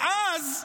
ואז,